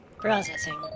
Processing